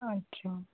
अच्छा